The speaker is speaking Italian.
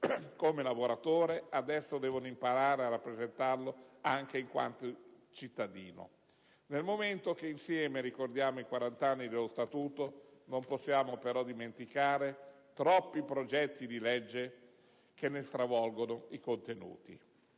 come lavoratore, adesso devono imparare a rappresentarlo in quanto cittadino». Nel momento in cui, insieme, ricordiamo i quarant'anni dello Statuto, non possiamo però dimenticare i troppi progetti di legge che ne stravolgono i contenuti.